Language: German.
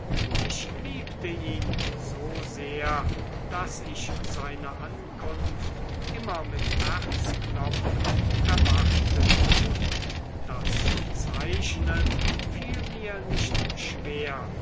ich liebte ihn so sehr daß ich seine ankunft immer mit herzklopfen erwartete das zeichnen fiel mir nicht schwer